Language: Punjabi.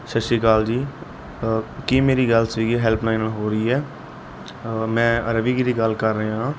ਸਤਿ ਸ਼੍ਰੀ ਅਕਾਲ ਜੀ ਕੀ ਮੇਰੀ ਗੱਲ ਸਵਿਗੀ ਹੈਲਪਲਾਈਨ ਨਾਲ ਹੋ ਰਹੀ ਹੈ ਮੈਂ ਰਵੀ ਗਿਰੀ ਗੱਲ ਕਰ ਰਿਹਾ ਹਾਂ